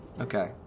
Okay